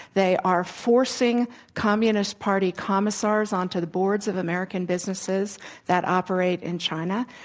they are forcing communist party commissars onto the boards of american businesses that operate in china,